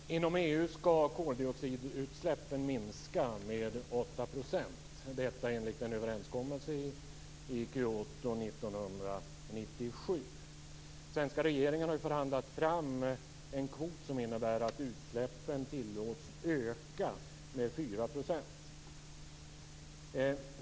Herr talman! Inom EU ska koldioxidutsläppen minska med 8 %- detta enligt en överenskommelse i Den svenska regeringen har förhandlat fram en kvot som innebär att utsläppen tillåts öka med 4 %.